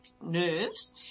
nerves